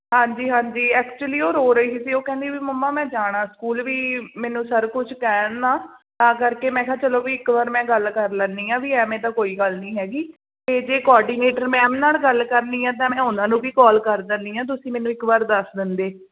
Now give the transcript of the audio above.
ਹਾਂਜੀ ਹਾਂਜੀ ਐਕਚੁਅਲੀ ਉਹ ਰੋ ਰਹੀ ਸੀ ਉਹ ਕਹਿੰਦੀ ਵੀ ਮੰਮਾ ਮੈਂ ਜਾਣਾ ਸਕੂਲ ਵੀ ਮੈਨੂੰ ਸਰ ਕੁਛ ਕਹਿਣ ਨਾ ਤਾਂ ਕਰਕੇ ਮੈਂ ਕਿਹਾ ਚੱਲੋ ਵੀ ਇੱਕ ਵਾਰ ਮੈਂ ਗੱਲ ਕਰ ਲੈਂਦੀ ਹਾਂ ਵੀ ਇਵੇਂ ਤਾਂ ਕੋਈ ਗੱਲ ਨਹੀਂ ਹੈਗੀ ਅਤੇ ਜੇ ਕੋਆਰਡੀਨੇਟਰ ਮੈਮ ਨਾਲ ਗੱਲ ਕਰਨੀ ਆ ਤਾਂ ਮੈਂ ਉਹਨਾਂ ਨੂੰ ਵੀ ਕੋਲ ਕਰ ਦਿੰਦੀ ਹਾਂ ਤੁਸੀਂ ਮੈਨੂੰ ਇੱਕ ਵਾਰ ਦੱਸ ਦਿੰਦੇ